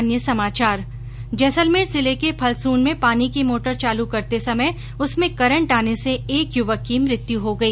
अन्य समाचार जैसलमेर जिले के फलसूण्ड में पानी की मोटर चालू करते समय उसमें करंट आने से एक युवक की मृत्यु हो गई